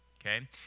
okay